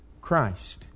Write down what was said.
Christ